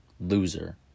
Loser